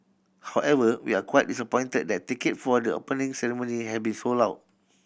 however we're quite disappointed that ticket for the Opening Ceremony have been sold out